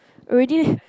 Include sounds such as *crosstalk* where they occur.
already *breath*